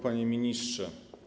Panie Ministrze!